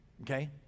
Okay